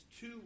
two